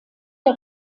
der